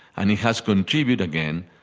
and it has contributed, again,